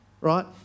right